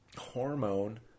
Hormone